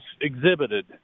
exhibited